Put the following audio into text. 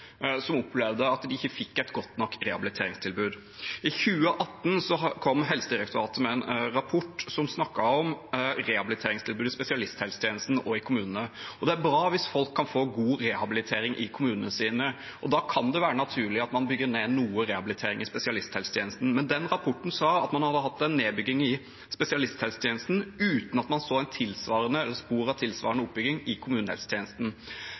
som opplevde at de ikke fikk et godt nok rehabiliteringstilbud. I 2018 kom Helsedirektoratet med en rapport som snakket om rehabiliteringstilbudet i spesialisthelsetjenesten og i kommunene. Det er bra hvis folk kan få god rehabilitering i kommunene sine, og da kan det være naturlig at man bygger ned noe rehabilitering i spesialisthelsetjenesten. Men den rapporten sa at man hadde hatt en nedbygging i spesialisthelsetjenesten uten at man så spor av tilsvarende oppbygging i kommunehelsetjenesten. Er helseministeren trygg på at vi i overgangen mellom spesialisthelsetjenesten og kommunehelsetjenesten